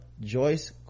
joyce